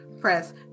press